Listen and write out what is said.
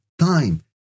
time